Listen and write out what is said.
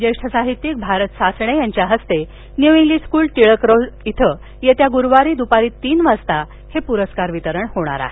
ज्येष्ठ साहित्यिक भारत सासणे यांच्या हस्ते न्यू इंग्लिश स्कूल टिळक रस्ता इथं येत्या गुरुवारी दुपारी तीन वाजता हे पुरस्कार वितरण होणार आहे